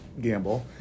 gamble